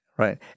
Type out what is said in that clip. Right